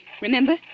Remember